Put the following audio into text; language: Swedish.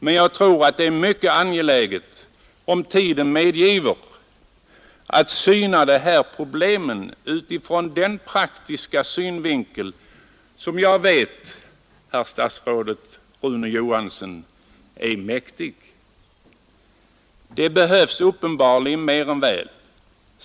Men jag tror att det är mycket angeläget, om tiden medgiver, att syna de här problemen på det praktiska sätt som jag vet att statsrådet Rune Johansson är mäktig. Det behövs uppenbarligen mer än väl.